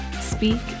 speak